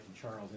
Charles